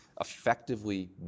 effectively